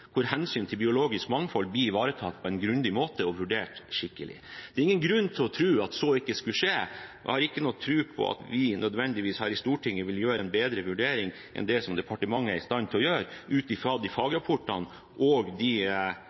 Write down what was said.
hvor hensynet til det biologiske mangfold blir ivaretatt på en grundig måte og vurdert skikkelig. Det er ingen grunn til å tro at det ikke skulle skje. Vi har ingen tro på at vi nødvendigvis her i Stortinget vil gjøre en bedre vurdering enn det som departementet er i stand til å gjøre, ut fra fagrapportene og det grunnlaget de